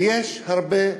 ויש הרבה,